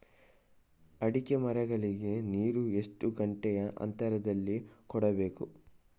ಅಡಿಕೆ ಮರಗಳಿಗೆ ನೀರು ಎಷ್ಟು ಗಂಟೆಯ ಅಂತರದಲಿ ಕೊಡಬೇಕು?